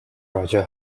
roger